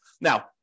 Now